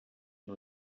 nur